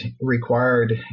required